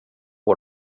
var